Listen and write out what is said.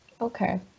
Okay